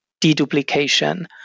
deduplication